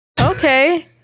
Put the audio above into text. Okay